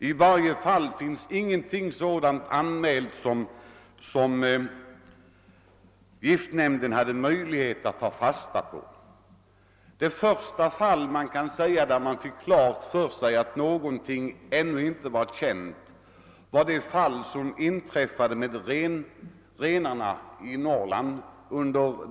I varje fall har ingenting anmälts till giftnämnden som denna haft möjlighet att ta fasta på. Det första fall där man kan säga att man fick klart för sig att det fanns någonting som ännu inte var känt var det som tidigt på våren inträffade bland renarna i Norrland.